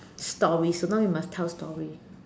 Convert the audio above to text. story so now you must tell story